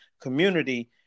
community